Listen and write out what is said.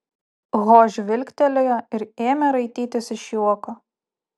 ho žvilgtelėjo ir ėmė raitytis iš juoko